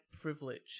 privilege